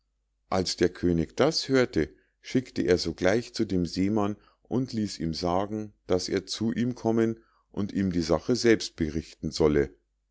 als der könig das hörte schickte er sogleich zu dem seemann und ließ ihm sagen daß er zu ihm kommen und ihm die sache selbst berichten solle